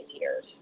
years